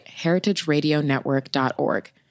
heritageradionetwork.org